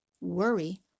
worry